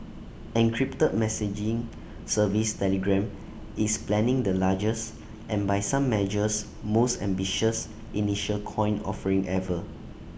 encrypted messaging service Telegram is planning the largest and by some measures most ambitious initial coin offering ever